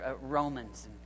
Romans